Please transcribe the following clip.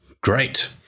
Great